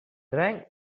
drank